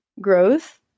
growth